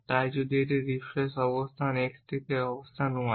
তাই যদি একটি ব্রিফকেস যায় অবস্থান x থেকে অবস্থান y